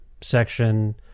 section